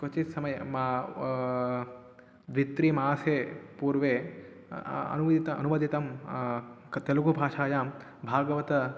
क्वचित् समये मा द्वित्रिमासे पूर्वे अनुवादितम् अनुवादितं तेलुगु भाषायां भागवतं